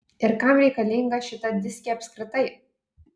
ir kam reikalinga šita diskė apskritai